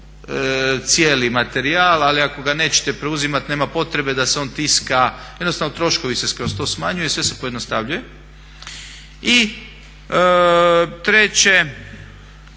cijeli materijal, ali ako ga nećete preuzimati nema potrebe da se on tiska, jednostavno troškovi se kroz to smanjuju i sve se pojednostavljuje. I treće